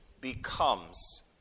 becomes